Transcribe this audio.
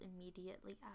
immediately